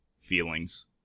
feelings